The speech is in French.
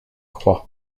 croix